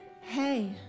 Hey